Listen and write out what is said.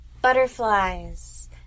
butterflies